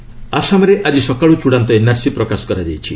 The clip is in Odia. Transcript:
ଏନ୍ଆର୍ସି ଆସାମରେ ଆଜି ସକାଳୁ ଚୂଡାନ୍ତ ଏନ୍ଆର୍ସି ପ୍ରକାଶ କରାଯାଇଛି